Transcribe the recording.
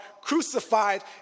crucified